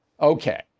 Okay